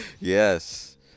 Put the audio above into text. Yes